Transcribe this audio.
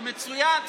זה מצוין.